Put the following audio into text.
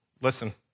Listen